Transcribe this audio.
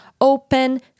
open